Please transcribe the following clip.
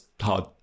hard